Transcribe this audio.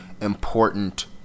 important